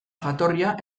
jatorria